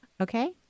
Okay